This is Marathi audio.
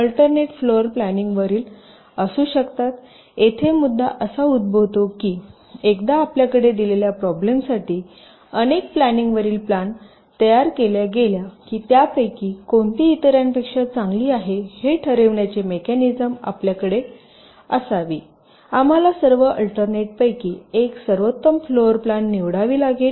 तर येथे मुद्दा असा उद्भवतो की एकदा आपल्याकडे दिलेल्या प्रॉब्लेम साठी अनेक प्लॅनिंगवरील प्लॅन तयार केल्या गेल्या की त्यापैकी कोणती इतरांपेक्षा चांगली आहे हे ठरविण्याची मेकॅनिझम आपल्याकडे असावी आम्हाला सर्व अल्टर्नेटपैकी एक सर्वोत्तम फ्लोर प्लॅन निवडावी लागेल